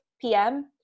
PM